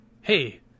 hey